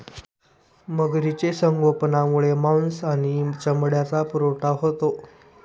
मगरीचे संगोपनामुळे मांस आणि चामड्याचा पुरवठा होतो